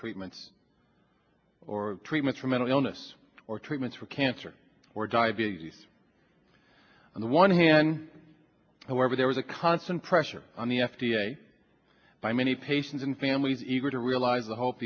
treatments or treatments for mental illness or treatments for cancer or diabetes on the one hand however there was a constant pressure on the f d a by many patients and families eager to realize the hope